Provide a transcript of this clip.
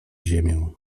ziemię